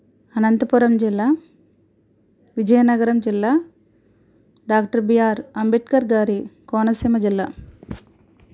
అనంతపురం జిల్లా విజయనగరం జిల్లా doctor B R Ambedkar గారి కోనసీమ జిల్లా